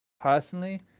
personally